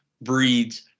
breeds